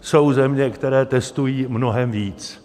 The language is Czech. Jsou země, které testují mnohem víc.